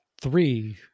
three